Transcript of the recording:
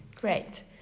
Great